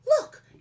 look